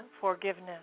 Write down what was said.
forgiveness